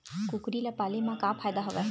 कुकरी ल पाले म का फ़ायदा हवय?